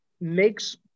makes